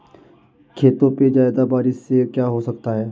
खेतों पे ज्यादा बारिश से क्या हो सकता है?